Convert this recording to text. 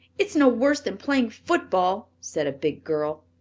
it's no worse than playing football, said a big girl.